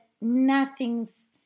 nothing's